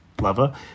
lover